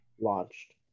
launched